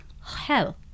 hell